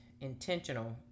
intentional